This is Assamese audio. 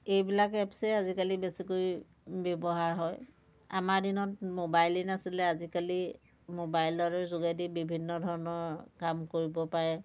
এইবিলাক এপছেই আজিকালি বেছিকৈ ব্যৱহাৰ হয় আমাৰ দিনত মোবাইলেই নাছিলে আজিকালি মোবাইলৰ যোগেদি বিভিন্ন ধৰনৰ কাম কৰিব পাৰে